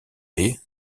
baies